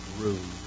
room